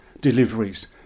deliveries